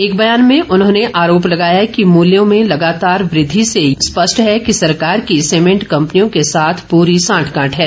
एक बयान में उन्होंने आरोप लगाया कि मूल्यों में लगातार वृद्धि से ये स्पष्ट है कि सरकार की सीमेंट कम्पनियों के साथ पूरी सांठ गांठ है